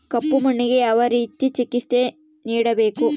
ಕಪ್ಪು ಮಣ್ಣಿಗೆ ಯಾವ ರೇತಿಯ ಚಿಕಿತ್ಸೆ ನೇಡಬೇಕು?